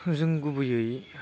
जों गुबैयै